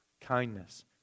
Kindness